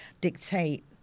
dictate